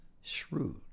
shrewd